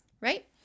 right